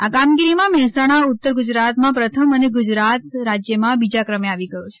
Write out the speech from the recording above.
આ કામગીરીમાં મહેસાણા ઉત્તર ગુજરાતમાં પ્રથમ અને ગુજરાત રાજ્યમાં બીજા ક્રમે આવી ગયો છે